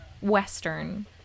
Western